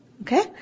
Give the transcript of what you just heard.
Okay